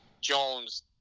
Jones